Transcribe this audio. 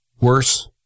worse